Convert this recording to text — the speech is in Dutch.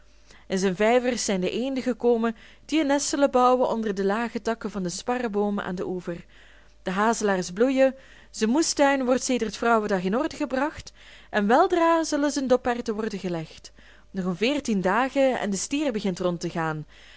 in zijn vijvers zijn de eenden gekomen die een nest zullen bouwen onder de lage takken van den sparreboom aan den oever de hazelaars bloeien zijn moestuin wordt sedert vrouwendag in orde gebracht en weldra zullen zijn doperwten worden gelegd nog een veertien dagen en de stier begint rond te gaan